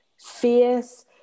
fierce